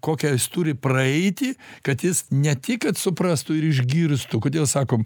kokią jis turi praeiti kad jis ne tik kad suprastų ir išgirstų kodėl sakom